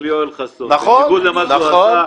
יאמר משהו בעניין, יושב-ראש הוועדה?